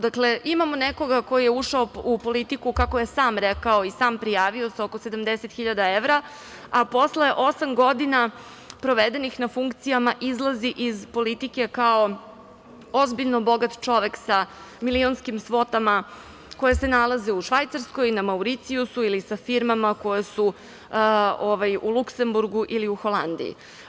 Dakle, imamo nekoga ko je ušao u politiku, kako je sam rekao i sam prijavio, sa oko 70.000 evra, a posle osam godina provedenih na funkcijama izlazi iz politike kao ozbiljno bogat čovek sa milionskim svotama koje se nalaze u Švajcarskoj, na Mauricijusu ili sa firmama koje su u Luksemburgu ili u Holandiji.